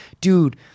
dude